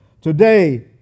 today